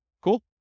Cool